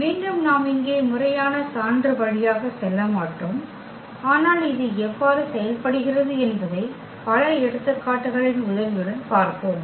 மீண்டும் நாம் இங்கே முறையான சான்று வழியாக செல்ல மாட்டோம் ஆனால் இது எவ்வாறு செயல்படுகிறது என்பதை பல எடுத்துக்காட்டுகளின் உதவியுடன் பார்ப்போம்